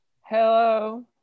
hello